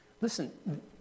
Listen